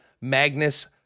Magnus